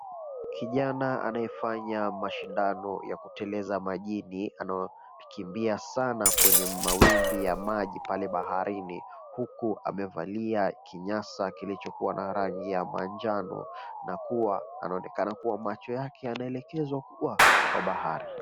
Kijana anayefanya masindano ya kuteleza majini anakimbia sana kwenye mawimbi ya maji pale baharini huku amevalia kinyasa kilichokuwa na rangi ya manjano na anaonekana kuwa macho yake yanaelekezwa kuwa kwa bahari.